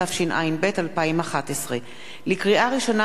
התשע”ב 2011. לקריאה ראשונה,